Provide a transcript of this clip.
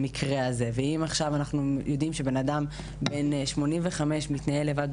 אני צריכה לציין שאמרנו שהנתונים האלה זה גם קשישים שהם נזקקים.